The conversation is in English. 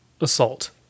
assault